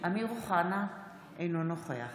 אמיר אוחנה, אינו נוכח